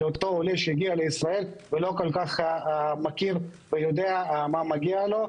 אותו עולה שהגיע לישראל ולא כול כך מכיר ויודע מה מגיע לו,